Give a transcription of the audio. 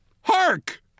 Hark